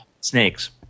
Snakes